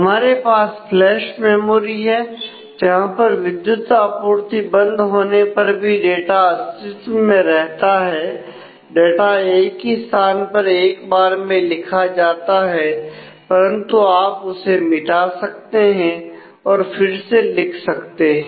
हमारे पास flash memory है जहां पर विद्युत आपूर्ति बंद होने पर भी डाटा अस्तित्व में रहता है डाटा एक ही स्थान पर एक बार में लिखा जाता है परंतु आप उसे मिटा सकते हैं और फिर से लिख सकते हैं